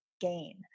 gain